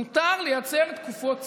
מותר לייצר תקופות צינון,